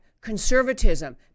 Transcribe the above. conservatism